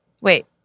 Wait